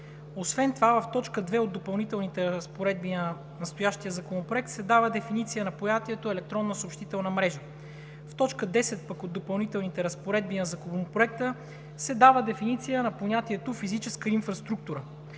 Освен това в т. 2 от Допълнителните разпоредби на настоящия законопроект се дава дефиниция на понятието „електронна съобщителна мрежа“. В т. 10 пък от Допълнителните разпоредби на Законопроекта се дава дефиниция на понятието „физическа инфраструктура“,